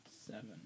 seven